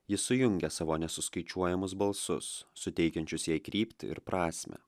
ji sujungia savo nesuskaičiuojamus balsus suteikiančius jai kryptį ir prasmę